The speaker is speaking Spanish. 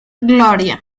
gloria